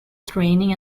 training